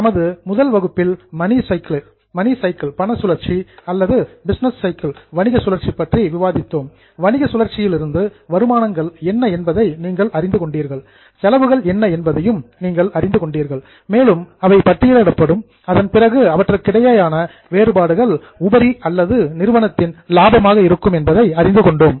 நமது முதல் வகுப்பில் மணி சைக்கிள் பண சுழற்சி அல்லது பிசினஸ் சைக்கிள் வணிக சுழற்சி பற்றி விவாதித்தோம் வணிக சுழற்சியிலிருந்து வருமானங்கள் என்ன என்பதை நீங்கள் அறிந்து கொண்டீர்கள் செலவுகள் என்ன என்பதையும் நீங்கள் அறிந்து கொண்டீர்கள் மேலும் அவை பட்டியலிடப்படும் அதன் பிறகு அவற்றுக்கிடையேயான வேறுபாடு சர்பிலஸ் உபரி அல்லது நிறுவனத்தின் லாபமாக இருக்கும் என்பதை அறிந்து கொண்டோம்